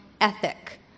ethic